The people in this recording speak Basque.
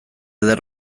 eder